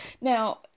now